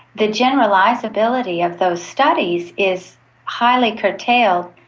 the generalisability of those studies is highly curtailed.